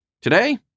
Today